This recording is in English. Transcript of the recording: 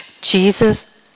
Jesus